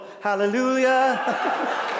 hallelujah